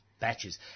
batches